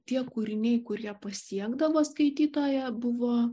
tie kūriniai kurie pasiekdavo skaitytoją buvo